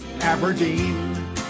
Aberdeen